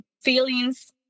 feelings